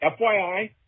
FYI